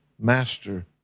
master